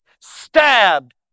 stabbed